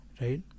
right